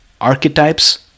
archetypes